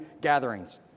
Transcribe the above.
gatherings